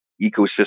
ecosystem